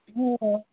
हो